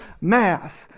mass